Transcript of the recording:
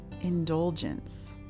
indulgence